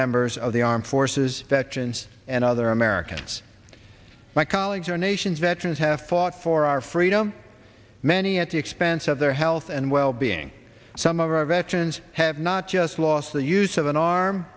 members of the armed forces that chance and other americans my colleagues our nation's veterans have fought for our freedom many at the expense of their health and well being some of our veterans have not just lost the use of an arm